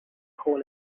hole